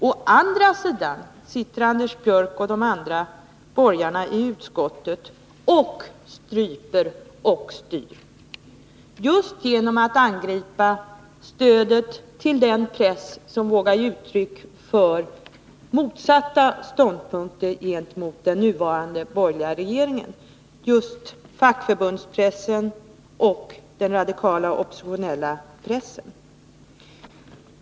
Å andra sidan sitter Anders Björck och de andra borgarna i utskottet och stryper och styr just genom att angripa stödet till den press som vågar ge uttryck för motsatta ståndpunkter gentemot den nuvarande borgerliga regeringen, just fackförbundspressen samt den radikala och oppositionella pressen.